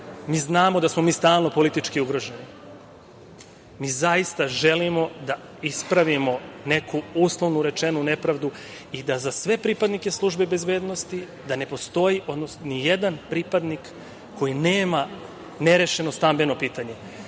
znamo da smo mi stalno politički ugroženi, mi zaista želimo da ispravimo neku, uslovno rečeno nepravdu i da za sve pripadnike službe bezbednosti, da ne postoji nijedan pripadnik koji nema nerešeno stambeno pitanje. To